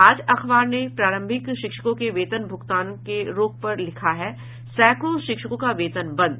आज अखबार ने प्रारंभिक शिक्षकों के वेतन भुगतान के रोक पर लिखा है सैंकड़ों शिक्षकों का वेतन बंद